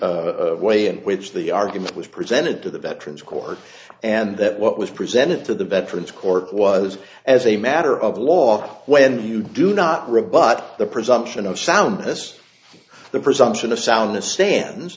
way in which the argument was presented to the veterans court and that what was presented to the veterans court was as a matter of law when you do not rebut the presumption of soundness the presumption of sound the stan